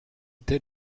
tel